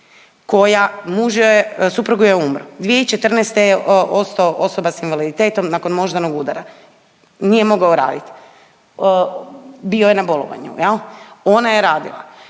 koja, muž joj je, suprug joj je umro, 2014. je ostao osoba s invaliditetom nakon moždanog udara, nije mogao raditi, bio je na bolovanju, je li, ona je radila,